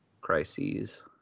Crises